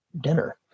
dinner